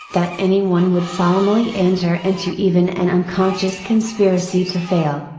that anyone would solemnly enter into even an unconscious conspiracy to fail,